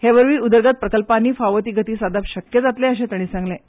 ते वरवीं उदरगत प्रकल्पांनी फावो ती गती सादप शक्य जातलें अशें तांणी सांगलें